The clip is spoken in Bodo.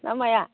ना माया